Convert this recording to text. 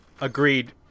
agreed